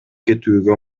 кетүүгө